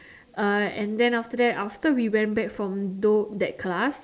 uh and then after that after we went back from do that class